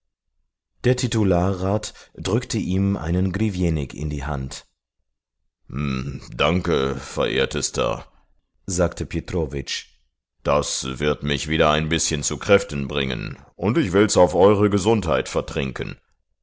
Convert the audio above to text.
der titularrat drückte ihm einen griwenik in die hand danke verehrtester sagte petrowitsch das wird mich wieder ein bißchen zu kräften bringen und ich will's auf eure gesundheit vertrinken